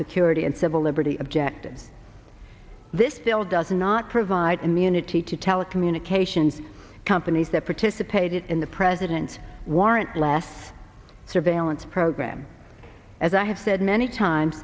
security and civil liberty objectives this bill does not provide immunity to telecommunications companies that participated in the president's warrant less surveillance program as i have said many times